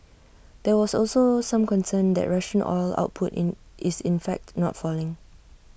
there was also some concern that Russian oil output is in fact not falling